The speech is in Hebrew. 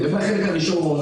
לגבי החלק השני,